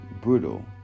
brutal